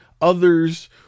others